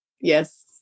yes